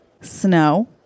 snow